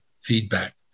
feedback